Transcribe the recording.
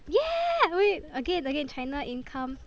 yeah wait again again China income